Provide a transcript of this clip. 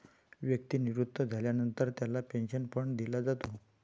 व्यक्ती निवृत्त झाल्यानंतर त्याला पेन्शन फंड दिला जातो